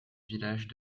villages